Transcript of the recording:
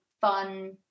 fun